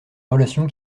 relations